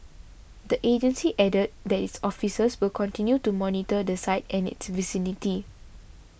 the agency added that its officers will continue to monitor the site and its vicinity